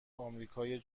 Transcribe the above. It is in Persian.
آمریکای